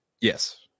Yes